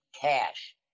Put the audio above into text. cash